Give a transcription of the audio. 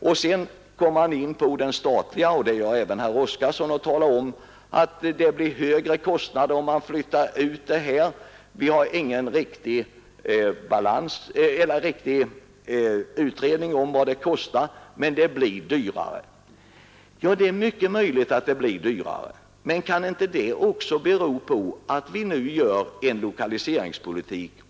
Därefter kommer herr Nordgren — och det gör även herr Oskarson — in på den statliga verksamheten och talar om att det blir högre kostnader om man flyttar ut statliga verk. Vi har ingen riktig utredning om vad det kostar, men det blir dyrare, heter det. Det är möjligt att det blir dyrare, men kan inte det också bero på att vi nu för en lokaliseringspolitik?